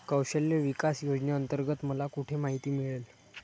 कौशल्य विकास योजनेअंतर्गत मला कुठे माहिती मिळेल?